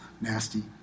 nasty